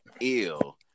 ill